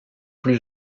plus